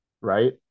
right